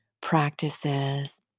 practices